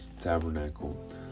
tabernacle